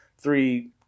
three